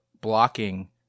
blocking